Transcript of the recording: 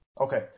okay